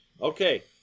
Okay